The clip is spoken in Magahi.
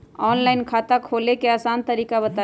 ऑनलाइन खाता खोले के आसान तरीका बताए?